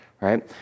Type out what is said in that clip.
Right